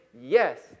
Yes